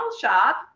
shop